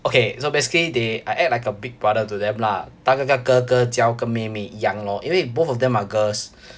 okay so basically they I act like a big brother to them lah 大概一个哥哥教一个妹妹一样咯因为 both of them are girls